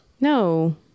No